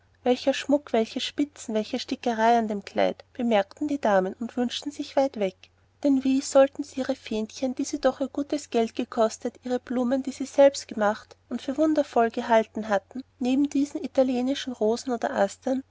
welcher schmuck welche spitzen welche stickerei an dem kleid bemerkten die damen und wünschten sich weit weg denn wie sollten sie ihre fähnchen die sie doch ihr gutes geld gekostet ihre blumen die sie selbst gemacht und für wundervoll gehalten hatten neben diesen italienischen rosen und astern